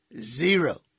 Zero